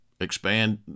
Expand